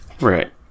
Right